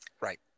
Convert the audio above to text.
Right